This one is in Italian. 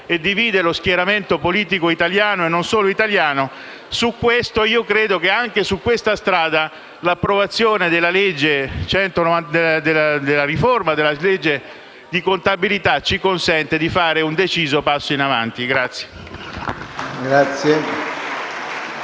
e divide lo schieramento politico italiano, e non solo italiano. In questo senso, l'approvazione della riforma della legge di contabilità ci consente di fare un deciso passo in avanti.